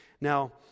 Now